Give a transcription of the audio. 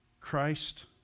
Christ